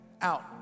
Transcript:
out